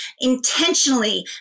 intentionally